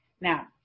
Now